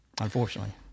unfortunately